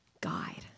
guide